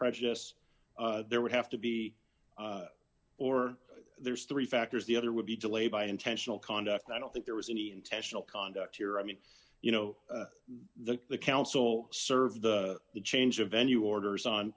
prejudice there would have to be or there's three factors the other would be delayed by intentional conduct i don't think there was any intentional conduct here i mean you know the the counsel served the change of venue orders on